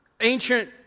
ancient